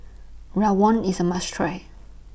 Rawon IS A must Try